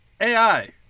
AI